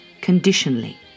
conditionally